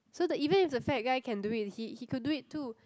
so the even if the fat guy can do it he he could do it too